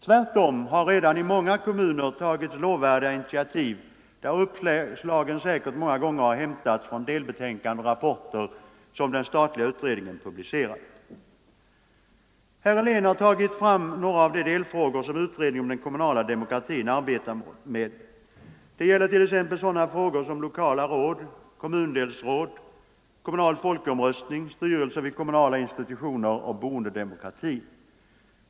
Tvärtom har det redan i många kommuner tagits lovvärda initiativ, där uppslagen säkert många gånger har hämtats från delbetänkanden och rapporter som den statliga utredningen publicerat. Herr Helén har tagit fram några av de delfrågor som utredningen om den kommunala demokratin arbetar med. Det gäller t.ex. sådana frågor som lokala råd, kommundelsråd, kommunal folkomröstning, styrelser vid kommunala institutioner och boendedemokrati.